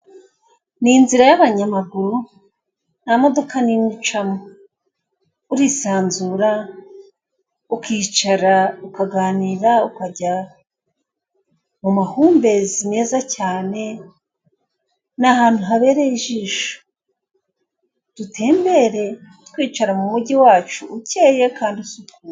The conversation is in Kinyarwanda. Ni inzira y'abanyamaguru nta modoka n'imwe icamo urisanzura, ukicara ukaganira ukajya mu mahumbezi meza cyane, ni ahantu habereye ijisho. Dutembere twicara mu mugi wacu ukeye kandi usukuye.